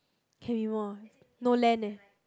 can be more no land eh